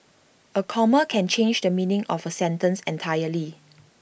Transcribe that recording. A comma can change the meaning of A sentence entirely